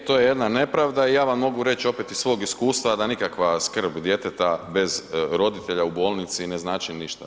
Je, to je jedna nepravda i ja vam mogu reć opet iz svog iskustva da nikakva skrb djeteta bez roditelja u bolnici ne znači ništa.